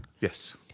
yes